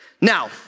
Now